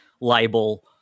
libel